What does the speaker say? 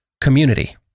community